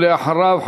ואחריו,